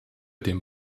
dem